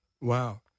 Wow